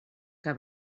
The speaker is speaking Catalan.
que